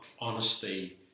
honesty